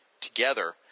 together